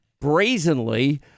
brazenly